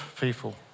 people